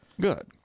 Good